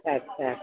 अच्छा अच्छा